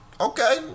Okay